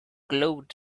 glowed